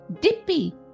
Dippy